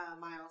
miles